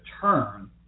turn